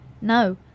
no